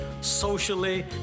socially